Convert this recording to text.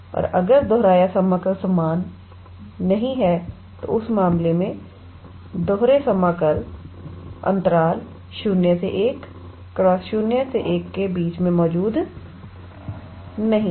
और अगर दोहराया समाकल समान नहीं है तो उस मामले में दोहरे समाकल अंतराल 01 × 01 के बीच मौजूद नहीं है